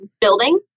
building